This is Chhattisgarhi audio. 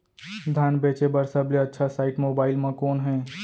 धान बेचे बर सबले अच्छा साइट मोबाइल म कोन हे?